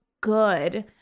good